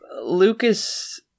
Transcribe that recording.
Lucas